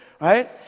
right